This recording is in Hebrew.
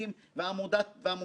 לצוות היועצים שלי,